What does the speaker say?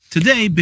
Today